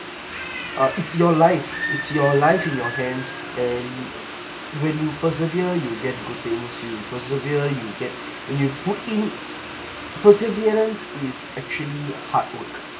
ah it's your life it's your life in your hands then when you persevere you get good things you persevere you get when you put in perseverance it's actually hard work